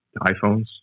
iphones